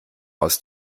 aus